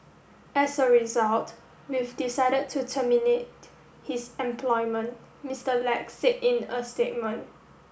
as a result we've decided to terminate his employment Mister Lack said in a statement